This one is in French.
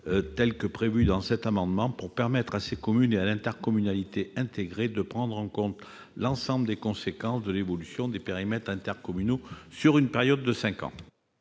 de garantie de sortie pour permettre à ces communes et à l'intercommunalité intégrée de prendre en compte l'ensemble des conséquences de l'évolution des périmètres intercommunaux sur une période de cinq ans.